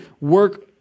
work